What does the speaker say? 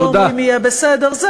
לא אומרים "יהיה בסדר" תודה.